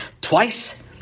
twice